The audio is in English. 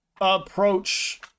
approach